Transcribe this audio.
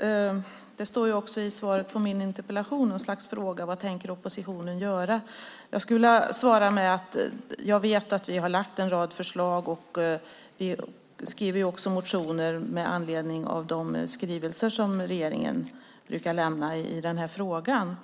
Det fanns ju också i svaret på min interpellation något slags fråga: Vad tänker oppositionen göra? Jag skulle vilja svara med att säga att jag vet att vi har lagt fram en rad förslag. Vi skriver också motioner med anledning av de skrivelser som regeringen brukar lämna i den här frågan.